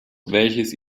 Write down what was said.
welches